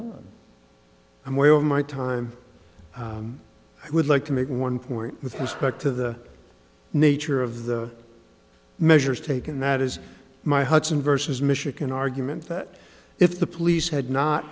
on i'm way over my time i would like to make one point with perspective the nature of the measures taken that is my hudson versus michigan argument that if the police had not